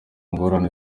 ngorane